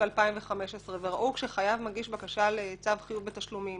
2015. ראו כשחייב מגיש בקשה לצו חיוב בתשלומים